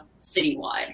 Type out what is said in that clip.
citywide